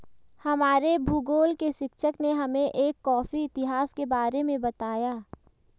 हमारे भूगोल के शिक्षक ने हमें एक कॉफी इतिहास के बारे में बताया